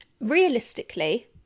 realistically